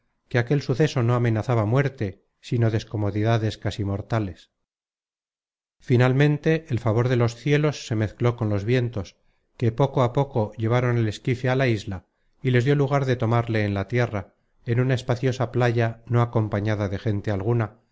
que aquel suceso no amenazaba muerte sino descomodidades casi mortales finalmente el favor de los cielos se mezcló con los vientos que poco a poco llevaron el esquife á la isla y les dió lugar de tomarle en la tierra en una espaciosa playa no acompañada de gente alguna